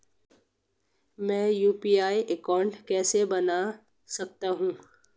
मैं UPI account कैसे बना सकता हूं?